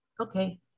Okay